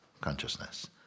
consciousness